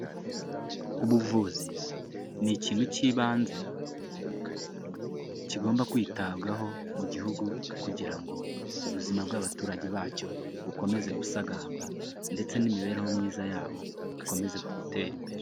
Ubuvuzi n'ikintu cy'ibanze kigomba kwitabwaho mu gihugu, kugira ngo ubuzima bw'abaturage bacyo bukomeze gusagamba, ndetse n'imibereho myiza yabo ikomeze gutera imbere.